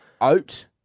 oat